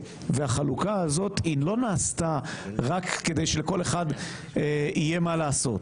החלוקה הזאת לא נעשתה רק כדי שלכל אחד יהיה מה לעשות,